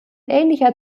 ähnlicher